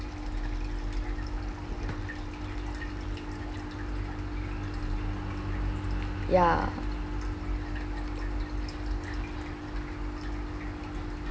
ya